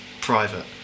private